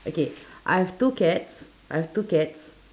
okay I have two cats I have two cats